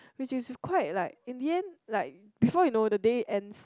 which is is quite like in the end like before you know the day ends